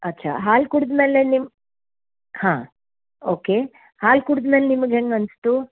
ಅಚ್ಛಾ ಹಾಲು ಕುಡ್ದ ಮೇಲೆ ನಿಮ್ಮ ಹಾಂ ಓಕೆ ಹಾಲು ಕುಡ್ದ ಮೇಲೆ ನಿಮ್ಗೆ ಹೆಂಗೆ ಅನಿಸ್ತು